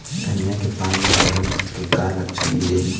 धनिया के पान म सड़न के का लक्षण ये?